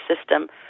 system